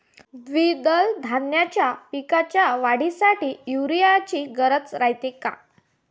द्विदल धान्याच्या पिकाच्या वाढीसाठी यूरिया ची गरज रायते का?